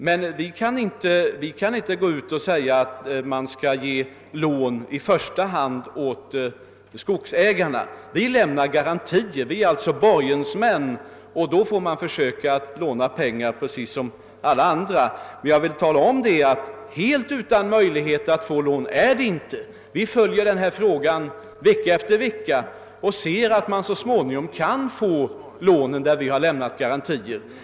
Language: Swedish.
Men vi kan inte gå ut och säga att man i första hand skall ge lån åt skogsägarna. Vi lämnar garantier. Vi är alltså borgensmän, och då får man försöka låna pengar precis som alla andra. Helt utan möjlighet att få lån är man inte. Vi följer denna fråga vecka efter vecka och ser att man så småningom kan få lån där vi har lämnat garantier.